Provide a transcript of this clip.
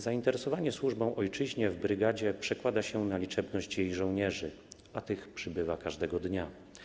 Zainteresowanie służbą ojczyźnie w brygadzie przekłada się na liczebność jej żołnierzy, a tych przybywa każdego dnia.